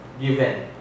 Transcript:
given